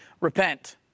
repent